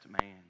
man